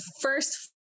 first